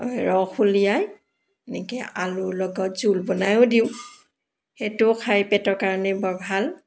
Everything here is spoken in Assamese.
ৰস উলিয়াই এনেকৈ আলুৰ লগত জোল বনাইও দিওঁ সেইটো খাই পেটৰ কাৰণে বৰ ভাল